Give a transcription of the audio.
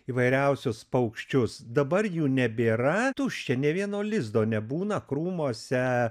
įvairiausius paukščius dabar jų nebėra tuščia nė vieno lizdo nebūna krūmuose